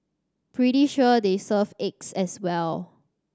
pretty sure they serve eggs as well